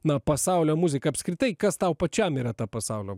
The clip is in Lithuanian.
na pasaulio muziką apskritai kas tau pačiam yra ta pasaulio